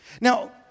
Now